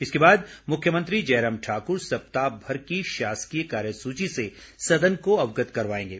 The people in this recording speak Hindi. इसके बाद मुख्यमंत्री जयराम ठाकुर सप्ताह भर की शासकीय कार्य सूची से सदन को अवगत करवाएंगे